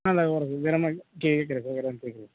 ம் இதா கேட்குறேங்க வேறு மாதிரி கேட்குறேங்க வேறு ஆள் கேட்குறேங்க